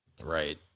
Right